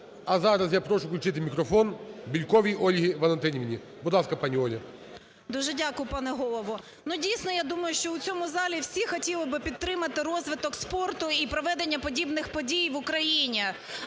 А зараз я прошу включити мікрофон Бєльковій Ользі Валентинівні. Будь ласка, пані Оля. 16:50:33 БЄЛЬКОВА О.В. Дуже дякую, пане Голово. Ну, дійсно, я думаю, що у цьому залі всі хотіли би підтримати розвиток спорту і проведення подібних подій в Україні.